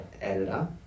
editor